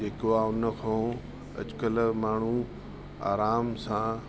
जेको आहे उन खां अॼु कल्ह माण्हू आराम सां